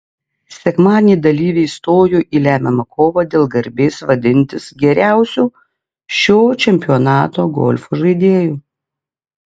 sekmadienį dalyviai stojo į lemiamą kovą dėl garbės vadintis geriausiu šio čempionato golfo žaidėju